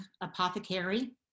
apothecary